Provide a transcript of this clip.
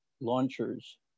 launchers